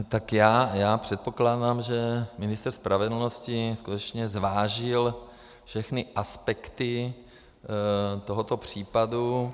Tak já předpokládám, že ministr spravedlnosti skutečně zvážil všechny aspekty tohoto případu.